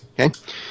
Okay